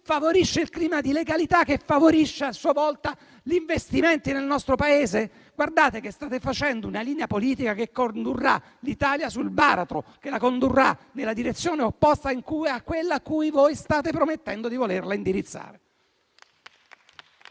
favorisce il clima di legalità che favorisce, a sua volta, gli investimenti nel nostro Paese? Quella che state seguendo - badate bene - è una linea politica che condurrà l'Italia sul baratro, che la condurrà nella direzione opposta a quella verso cui voi state promettendo di volerla indirizzare.